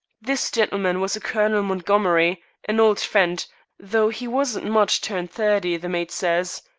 this gentleman was a colonel montgomery an old friend though he wasn't much turned thirty, the maid says.